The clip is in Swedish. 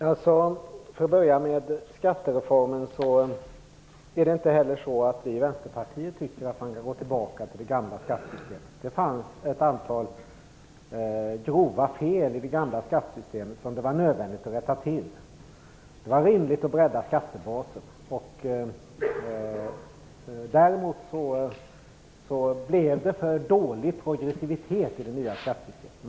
Herr talman! För att börja med skattereformen är det inte så att vi i Vänsterpartiet tycker att man kan gå tillbaka till det gamla skattesystemet. Det fanns ett antal grova fel i det gamla skattesystemet som det var nödvändigt att rätta till. Det var rimligt att bredda skattebasen. Däremot blev det för dålig progressivitet i det nya skattesystemet.